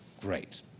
great